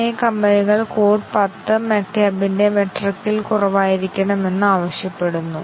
എന്നിട്ട് നമ്മൾ A true ഉം B ഉം ട്രൂ ആണെങ്കിൽ ഔട്ട്പുട്ട് ശരിയാണോ എന്ന് പരിശോധിക്കുന്നു